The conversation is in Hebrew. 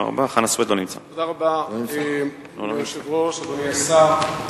אדוני היושב-ראש, אדוני השר,